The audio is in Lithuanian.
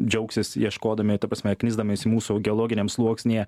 džiaugsis ieškodami ta prasme knisdamiesi mūsų geologiniam sluoksnyje